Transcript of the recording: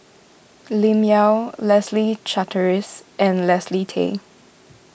Lim Yau Leslie Charteris and Leslie Tay